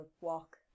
walk